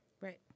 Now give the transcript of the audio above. Right